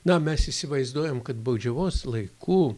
na mes įsivaizduojam kad baudžiavos laikų